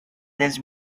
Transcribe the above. this